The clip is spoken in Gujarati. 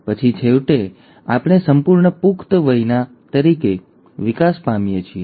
પછી છેવટે આપણે સંપૂર્ણ પુખ્ત વયના તરીકે વિકાસ પામીએ છીએ